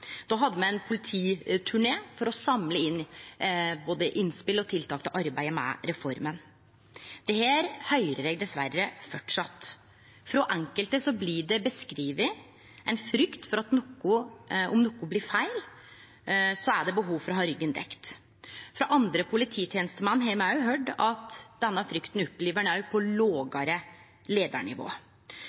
Då hadde me ein polititurné for å samle inn både innspel og tiltak til arbeidet med reforma. Dette høyrer eg dessverre framleis. Frå enkelte blir det beskrive ei frykt for at om noko blir feil, er det behov for å ha ryggen dekt. Frå andre polititenestemenn har me høyrt at denne frykta opplever ein òg på lågare